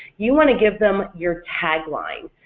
you want to give them your tagline,